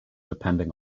depending